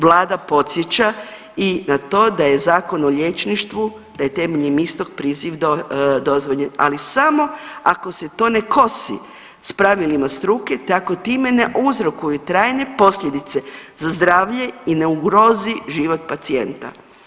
Vlada podsjeća i na to da je Zakon o liječništvu da je temeljem istog priziv dozvoljen, ali samo ako se to ne kosi s pravilima struke te ako time ne uzrokuju trajne posljedice za zdravlje i ne ugrozi život pacijenta.